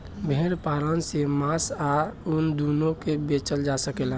भेड़ पालन से मांस आ ऊन दूनो के बेचल जा सकेला